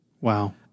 Wow